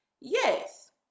Yes